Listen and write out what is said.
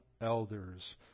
elders